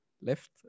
left